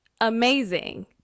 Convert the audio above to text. amazing